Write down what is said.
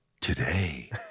Today